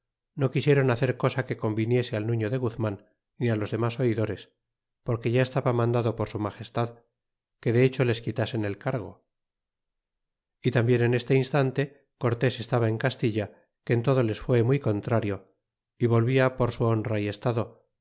no quisieron hacer cosa que conviniese al nuño de guzman ni los demas oidores porque ya estaba mandado por su magestad que de hecho les quitasen el cargo y tambien en este instante cortés estaba en castilla que en todo les fue muy contrario é volvia por su honra y estado